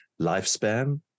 lifespan